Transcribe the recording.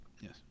Yes